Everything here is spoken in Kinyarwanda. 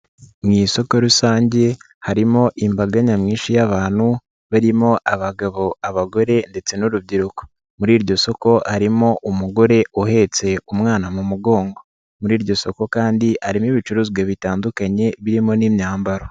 Mu isoko rusange harimo imbaga nyamwinshi y'abantu barimo abagabo, abagore ndetse n'urubyiruko. Muri iryo soko harimo umugore uhetse umwana mu mugongo, muri iryo soko kandi harimo ibicuruzwa bitandukanye birimo n'imyambaro.